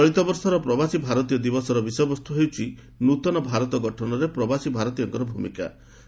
ଚଳିତ ବର୍ଷର ପ୍ରବାସୀ ଭାରତୀୟ ଦିବସର ବିଷୟ ବସ୍ତୁ ହେଉଛି 'ନ୍ତନ ଭାରତ ଗଠନରେ ପ୍ରବାସୀ ଭାରତୀୟଙ୍କ ଭୂମିକା'